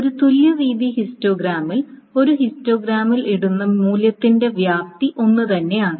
ഒരു തുല്യ വീതി ഹിസ്റ്റോഗ്രാമിൽ ഒരു ഹിസ്റ്റോഗ്രാമിൽ ഇടുന്ന മൂല്യത്തിന്റെ വ്യാപ്തി ഒന്നുതന്നെയാണ്